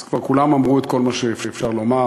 אז כבר כולם אמרו את כל מה שאפשר לומר,